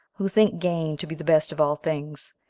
who think gain to be the best of all things,